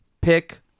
pick